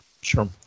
Sure